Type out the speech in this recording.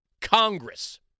Congress